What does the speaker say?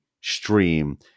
stream